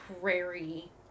prairie